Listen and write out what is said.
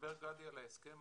כשמדבר גדי על ההסכם,